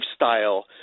lifestyle